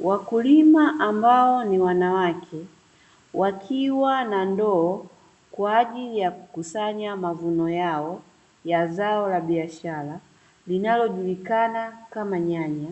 Wakulima ambao ni wanawake wakiwa na ndoo kwa ajili ya kukusanya mavuno yao ya zao la biashara, linalojulikana kama nyanya